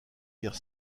guerre